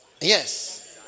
Yes